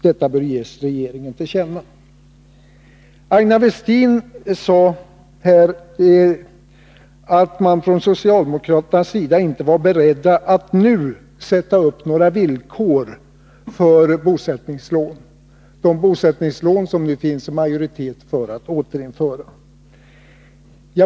Detta bör ges regeringen till känna.” Aina Westin sade att socialdemokraterna inte var beredda att nu sätta upp några villkor för de bosättningslån som det nu finns en majoritet för att återinföra.